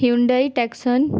Hyundai tucson